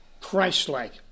Christ-like